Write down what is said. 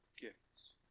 gifts